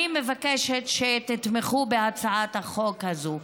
אני מבקשת שתתמכו בהצעת החוק הזו.